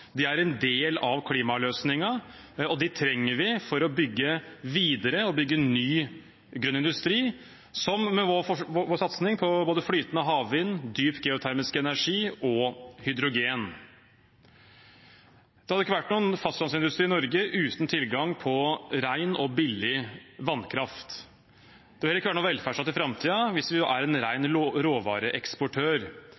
De som jobber i norsk olje og gass, er en del av klimaløsningen, og dem trenger vi for å bygge videre – bygge ny, grønn industri, som vår satsing på både flytende havvind, dyp geotermisk energi og hydrogen. Det hadde ikke vært noen fastlandsindustri i Norge uten tilgang på ren og billig vannkraft. Det vil heller ikke være noen velferdsstat i framtiden hvis vi er en